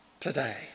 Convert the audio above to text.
today